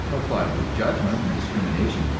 applied with judgment and discrimination,